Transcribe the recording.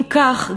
אם כך,